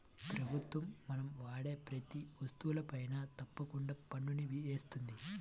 ప్రభుత్వం మనం వాడే ప్రతీ వస్తువుపైనా తప్పకుండా పన్నుని వేస్తుంది